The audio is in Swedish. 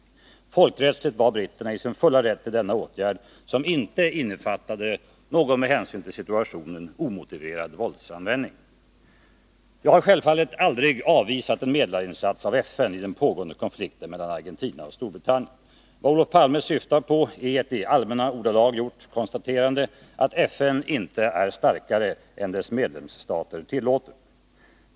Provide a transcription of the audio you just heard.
Folkrättsligt var britterna i sin fulla rätt till denna åtgärd, som inte innefattade någon med hänsyn till situatiohep omotiverad våldsanvändning. Jag har självfallet aldrig avvisat en medlarinsats av FN i den pågående konflikten mellan Argentina och Storbritannien. Vad Olof Palme syftar på är ett i allmänna ordalag gjort konstaterande att FN inte är starkare än dess medlemsstater tillåter.